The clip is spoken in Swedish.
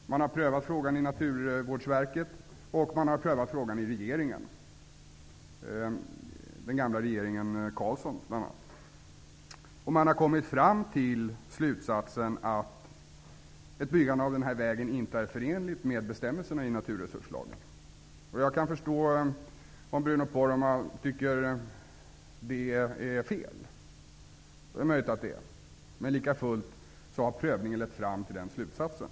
Frågan har prövats av Naturvårdsverket och av regeringen, bl.a. av den gamla Carlssonregeringen. Man har kommit fram till slutsatsen att ett byggande av denna väg inte är förenligt med bestämmelserna i naturresurslagen. Jag kan förstå att Bruno Poromaa tycker att det är fel. Det är möjligt att det är fel, men lika fullt har gjord prövning lett fram till den slutsatsen.